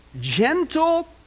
Gentle